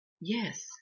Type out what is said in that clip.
yes